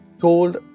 told